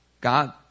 God